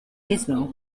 gizmo